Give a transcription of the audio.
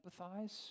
empathize